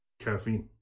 caffeine